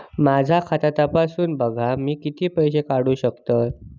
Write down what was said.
माझा खाता तपासून बघा मी किती पैशे काढू शकतय?